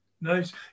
Nice